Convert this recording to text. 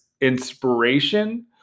inspiration